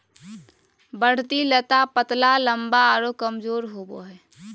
बढ़ती लता पतला लम्बा आरो कमजोर होबो हइ